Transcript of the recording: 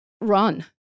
run